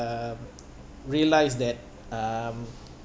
realised that um